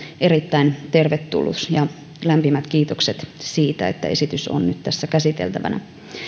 erittäin tervetullut ja lämpimät kiitokset siitä että esitys on nyt tässä käsiteltävänä